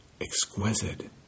exquisite